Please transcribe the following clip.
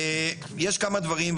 יש כמה דברים,